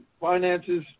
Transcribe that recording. finances